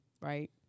right